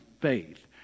faith